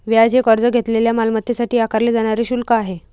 व्याज हे कर्ज घेतलेल्या मालमत्तेसाठी आकारले जाणारे शुल्क आहे